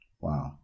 Wow